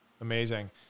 Amazing